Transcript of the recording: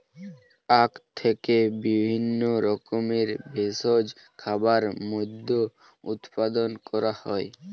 আখ থেকে বিভিন্ন রকমের ভেষজ খাবার, মদ্য উৎপাদন করা হয়